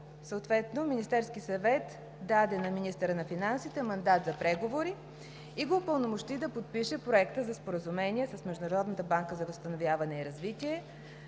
година Министерският съвет даде на министъра на финансите мандат за преговори и го упълномощи да подпише Проекта за Споразумение с Международната банка за възстановяване и развитие.